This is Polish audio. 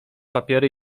papiery